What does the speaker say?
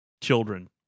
children